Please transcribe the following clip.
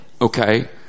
okay